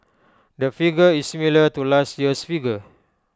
the figure is similar to last year's figure